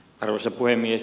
arvoisa puhemies